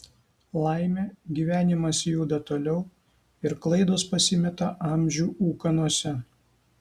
laimė gyvenimas juda toliau ir klaidos pasimeta amžių ūkanose